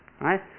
right